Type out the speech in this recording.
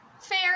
fair